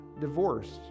divorced